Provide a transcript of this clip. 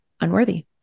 unworthy